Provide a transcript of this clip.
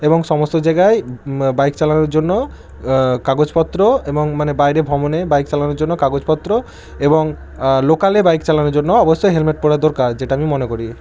এবং সমস্ত জাগায় বাইক চালানোর জন্য কাগজপত্র এবং মানে বাইরে ভমণে বাইক চালানোর জন্য কাগজপত্র এবং লোকালে বাইক চালানোর জন্য অবশ্যই হেলমেট পরা দরকার যেটা আমি মনে করি